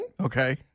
Okay